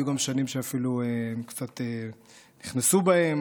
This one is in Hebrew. היו גם שנים שאפילו קצת נכנסו בהם,